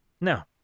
Now